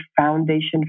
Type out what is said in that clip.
foundation